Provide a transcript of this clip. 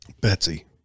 Betsy